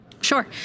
Sure